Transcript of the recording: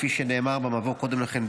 כפי שנאמר קודם לכן,